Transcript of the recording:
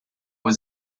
was